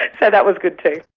like so that was good too.